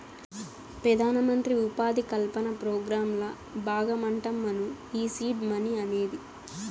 పెదానమంత్రి ఉపాధి కల్పన పోగ్రాంల బాగమంటమ్మను ఈ సీడ్ మనీ అనేది